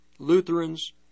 Lutherans